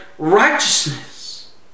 righteousness